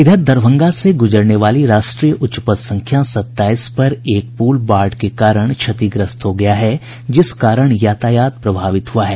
इधर दरभंगा से गुजरने वाली राष्ट्रीय उच्च पथ संख्या सताईस पर एक पुल बाढ़ के कारण क्षतिग्रस्त हो गया है जिस कारण यातायात प्रभावित हुआ है